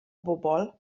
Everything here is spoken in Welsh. bobl